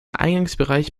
eingangsbereich